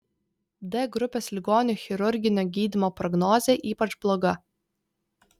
d grupės ligonių chirurginio gydymo prognozė ypač bloga